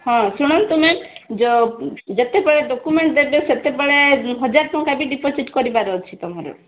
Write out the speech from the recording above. ହଁ ଶୁଣନ୍ତୁ ମ୍ୟାମ୍ ଯୋ ଯେତେବେଳେ ଡ଼କ୍ୟୁମେଣ୍ଟ ଦେବେ ସେତେବେଳେ ହଜାର ଟଙ୍କା ବି ଡିପୋଜିଟ୍ କରିବାର ଅଛି ତୁମର